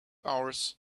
hours